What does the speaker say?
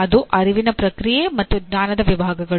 ಅದು ಅರಿವಿನ ಪ್ರಕ್ರಿಯೆ ಮತ್ತು ಜ್ಞಾನದ ವಿಭಾಗಗಳು